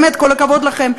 באמת כל הכבוד לכם,